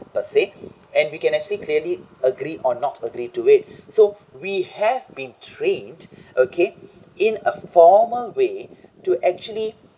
but saying and we can actually clearly agree or not agree to it so we have been trained okay in a formal way to actually